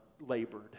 labored